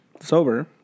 Sober